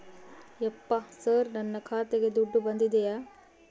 ಯಪ್ಪ ಸರ್ ನನ್ನ ಖಾತೆಗೆ ದುಡ್ಡು ಬಂದಿದೆಯ?